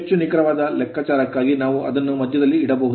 ಹೆಚ್ಚು ನಿಖರವಾದ ಲೆಕ್ಕಾಚಾರಕ್ಕಾಗಿ ನಾವು ಅದನ್ನು ಮಧ್ಯದಲ್ಲಿ ಇಡಬಹುದು